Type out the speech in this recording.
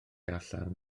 allan